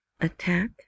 attack